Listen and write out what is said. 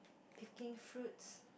picking fruits